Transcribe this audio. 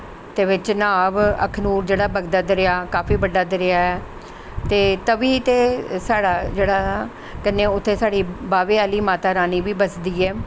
चनाव अखनूर जेह्ड़ा बगदा ऐ दरिया काफी बड्डा दरिया ऐ ते तवी ते साढ़ा जेह्ड़ा कन्नै उत्थें साढ़ी बाह्बे आह्ली माता रानी बी बसदी ऐ